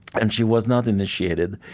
and she was not initiated.